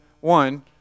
one